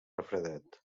refredat